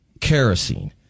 kerosene